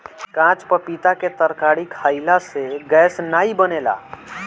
काच पपीता के तरकारी खयिला से गैस नाइ बनेला